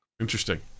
Interesting